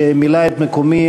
שמילא את מקומי,